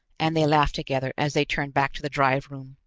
and they laughed together as they turned back to the drive room.